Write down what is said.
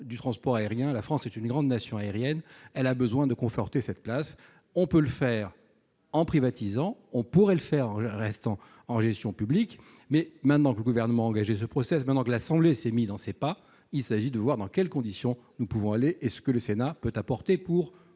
du transport aérien. La France est une grande nation aérienne, elle a besoin de conforter cette place. On peut le faire en privatisant, on pourrait le faire en restant en gestion publique, mais maintenant que le Gouvernement a engagé ce processus, maintenant que l'Assemblée nationale s'est mise dans ses pas, il s'agit de voir dans quelles conditions nous pouvons agir et ce que le Sénat peut apporter pour